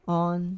on